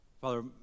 Father